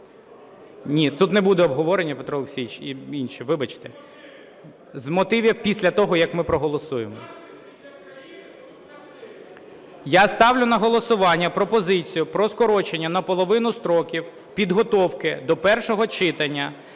Ні, тут не буде обговорення, Петро Олексійович, й інші, вибачте. З мотивів – після того, як ми проголосуємо. Я ставлю на голосування пропозицію про скорочення наполовину строків підготовки до першого читання